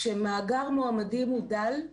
כשמאגר מועמדים הוא דל,